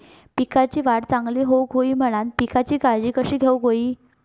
पिकाची वाढ चांगली होऊक होई म्हणान पिकाची काळजी कशी घेऊक होई?